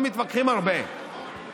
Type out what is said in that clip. אנחנו מתווכחים הרבה,